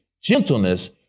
gentleness